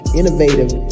innovative